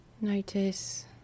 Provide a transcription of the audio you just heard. notice